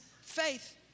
faith